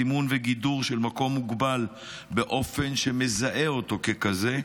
סימון וגידור של מקום מוגבל באופן שמזהה אותו ככזה,